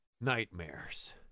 nightmares